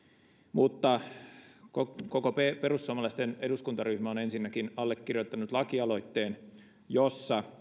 mutta koko perussuomalaisten eduskuntaryhmä on ensinnäkin allekirjoittanut lakialoitteen jossa